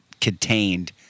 contained